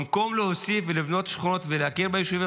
במקום להוסיף ולבנות שכונות ולהכיר ביישובים